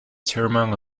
chairman